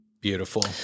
Beautiful